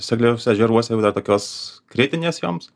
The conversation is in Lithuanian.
sekliuose ežeruose yra tokios kritinės joms